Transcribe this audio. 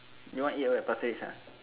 you want eat at where pasir ris ah